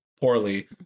poorly